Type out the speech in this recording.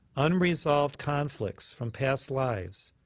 unresolved conflicts from past lives,